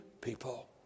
people